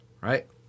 right